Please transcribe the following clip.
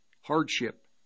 hardship